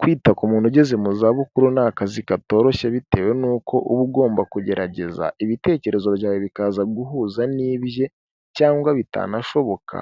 Kwita ku muntu ugeze mu za bukuru ni akazi katoroshye bitewe n'uko uba ugomba kugerageza ibitekerezo byawe bikaza guhuza n'ibye cyangwa bitanashoboka,